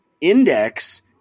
Index